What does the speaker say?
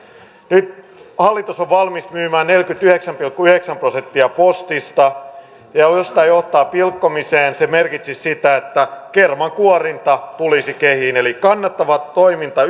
nyt hallitus on valmis myymään neljäkymmentäyhdeksän pilkku yhdeksän prosenttia postista ja jos tämä johtaa pilkkomiseen se merkitsisi sitä että kermankuorinta tulisi kehiin eli kannattava toiminta